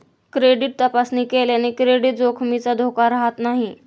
credit तपासणी केल्याने credit जोखमीचा धोका राहत नाही